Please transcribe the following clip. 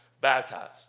baptized